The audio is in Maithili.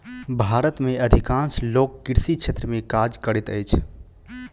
भारत में अधिकांश लोक कृषि क्षेत्र में काज करैत अछि